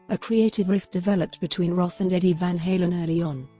a creative rift developed between roth and eddie van halen early on.